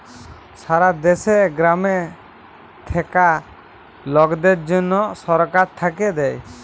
সারা দ্যাশে গ্রামে থাক্যা লকদের জনহ সরকার থাক্যে দেয়